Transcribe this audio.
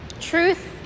truth